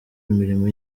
imirimo